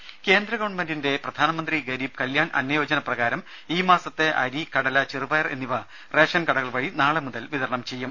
ദേദ കേന്ദ്ര ഗവൺമെന്റിന്റെ പ്രധാനമന്ത്രി ഗരീബ് കല്യാൺ അന്നയോജന പ്രകാരം ഈ മാസത്തെ അരി കടല ചെറുപയർ എന്നിവ റേഷൻ കടകൾ വഴി നാളെ മുതൽ വിതരണം ചെയ്യും